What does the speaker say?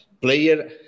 player